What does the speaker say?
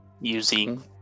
Using